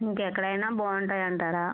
ఇంకెక్కడైనా బాగుంటాయంటారా